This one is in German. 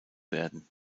werden